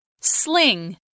Sling